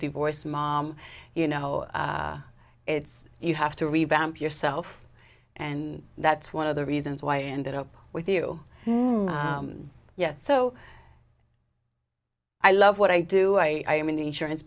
divorced mom you know it's you have to revamp yourself and that's one of the reasons why i ended up with you yet so i love what i do i am in the insurance